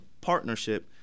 partnership